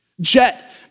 Jet